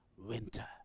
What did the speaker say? winter